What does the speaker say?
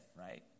right